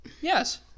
Yes